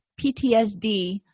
PTSD